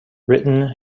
written